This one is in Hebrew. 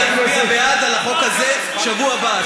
אני אצביע בעד על החוק הזה בשבוע הבא.